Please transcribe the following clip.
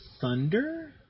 Thunder